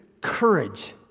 courage